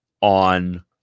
on